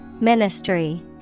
Ministry